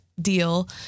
deal